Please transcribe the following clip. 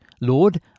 Lord